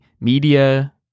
media